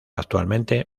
actualmente